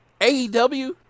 AEW